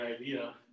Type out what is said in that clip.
idea